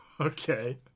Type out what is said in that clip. Okay